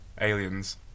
aliens